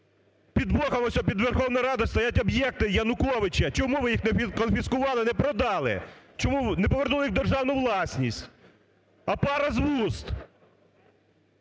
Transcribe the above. Під боком ось, під Верховною Радою, стоять об'єкти Януковича. Чому ви їх не конфіскували, не продали? Чому не повернули їх в державну власність? А пара з вуст!